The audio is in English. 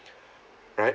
right